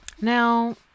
now